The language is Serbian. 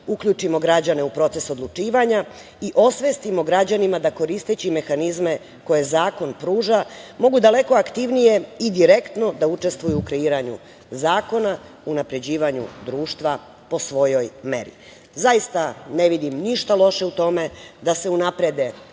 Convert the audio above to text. uključimo građane u proces odlučivanja i osvestimo građanima da koristeći mehanizme koje zakon pruža mogu daleko aktivnije i direktno da učestvuju u kreiranju zakona, unapređivanju društva po svojoj meri. Zaista ne vidim ništa loše u tome da se unaprede